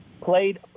played